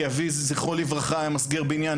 כי אבי ז"ל היה מסגר בניין,